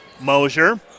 Mosier